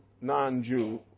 non-Jew